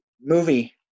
movie